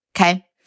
Okay